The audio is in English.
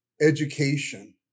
education